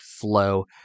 flow